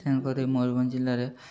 ତେଣୁ କରି ମୟୁରଭଞ୍ଜ ଜିଲ୍ଲାରେ